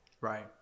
right